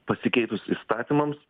pasikeitus įstatymams